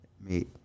meet